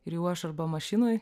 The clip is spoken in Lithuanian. ir jau aš arba mašinoj